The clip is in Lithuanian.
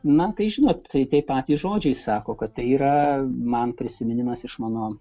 na tai žinot tai patys žodžiai sako kad tai yra man prisiminimas iš mano